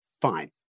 Fine